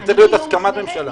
זה צריך להיות הסכמת ממשלה.